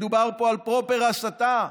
מדובר פה על פרופר הסתה,